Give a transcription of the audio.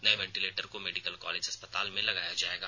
नए वेंटिलेटर को medical college अस्पताल में लगाया जाएगा